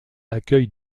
accueille